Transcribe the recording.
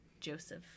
joseph